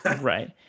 right